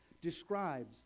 describes